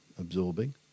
absorbing